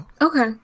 Okay